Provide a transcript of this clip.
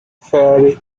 fairy